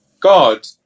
God